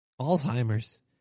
Alzheimer's